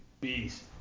beast